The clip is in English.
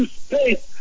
space